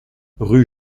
rue